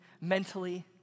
mentally